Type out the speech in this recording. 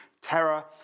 terror